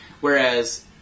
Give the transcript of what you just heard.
Whereas